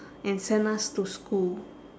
and send us to school